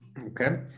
okay